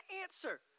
answer